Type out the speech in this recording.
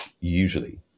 usually